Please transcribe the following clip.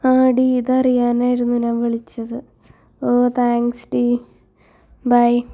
ആടി ഇത് അറിയാനായിരുന്നു ഞാൻ വിളിച്ചത് ഓ താങ്ക്സ് ടീ ബൈ